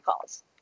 calls